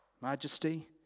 Majesty